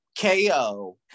KO